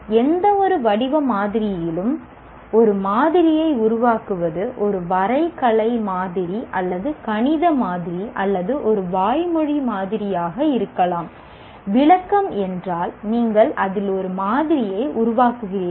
எந்தவொரு வடிவ மாதிரியிலும் ஒரு மாதிரியை உருவாக்குவது ஒரு வரைகலை மாதிரி அல்லது கணித மாதிரி அல்லது ஒரு வாய்மொழி மாதிரியாக இருக்கலாம் விளக்கம் என்றால் நீங்கள் அதில் ஒரு மாதிரியை உருவாக்குகிறீர்கள்